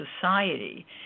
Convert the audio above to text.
society